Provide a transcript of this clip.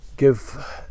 Give